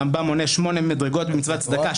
הרמב"ם מונה שמונה מדרגות במשפט צדקה,